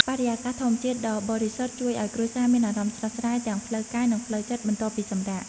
បរិយាកាសធម្មជាតិដ៏បរិសុទ្ធជួយឲ្យគ្រួសារមានអារម្មណ៍ស្រស់ស្រាយទាំងផ្លូវកាយនិងផ្លូវចិត្តបន្ទាប់ពីសម្រាក។